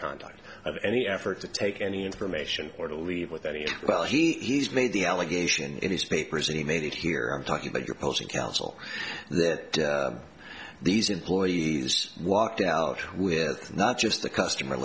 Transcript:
of any effort to take any information or to leave with any well he's made the allegation in his papers that he made it here i'm talking about your posting counsel that these employees walked out with not just the customer